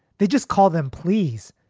they just call them pleas.